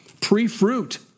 pre-fruit